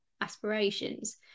aspirations